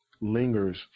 lingers